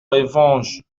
revanche